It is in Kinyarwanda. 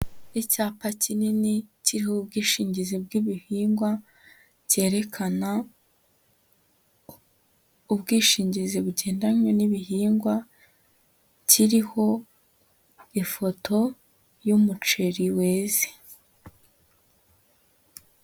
Icyapa kinini kiriho ubwishingizi bw'ibihingwa, cyerekana ubwishingizi bugendanye n'ibihingwa kiriho ifoto y'umuceri weze.